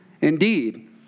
indeed